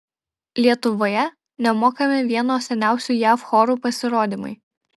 lietuvoje nemokami vieno seniausių jav chorų pasirodymai